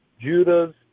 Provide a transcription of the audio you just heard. Judah's